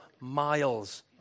miles